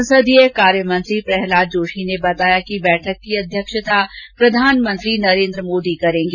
संसदीय कार्य मंत्री प्रहलाद जोशी ने बताया कि बैठक की अध्यक्षता प्रधानमंत्री नरेंद्र मोदी करेंगे